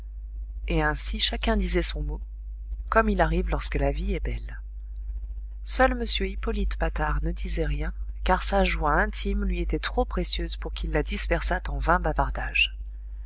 et ainsi chacun disait son mot comme il arrive lorsque la vie est belle seul m hippolyte patard ne disait rien car sa joie intime lui était trop précieuse pour qu'il la dispersât en vains bavardages